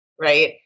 Right